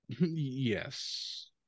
Yes